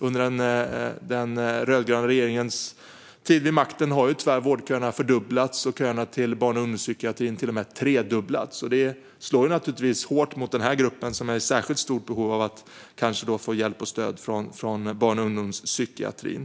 Under den rödgröna regeringens tid vid makten har ju vårdköerna tyvärr fördubblats, och köerna till barn och ungdomspsykiatrin har till och med tredubblats. Detta slår hårt mot den här gruppen, som är i särskilt stor behov av att få hjälp och stöd från barn och ungdomspsykiatrin.